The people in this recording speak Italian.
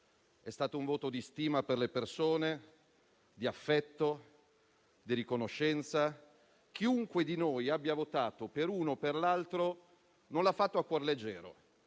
è stato un voto di stima per le persone, di affetto e di riconoscenza. Chiunque di noi abbia votato, per un motivo o per l'altro, non l'ha fatto a cuor leggero,